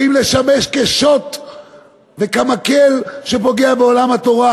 ולשמש כשוט וכמקל שפוגע בעולם התורה.